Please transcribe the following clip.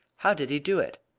how did he do it?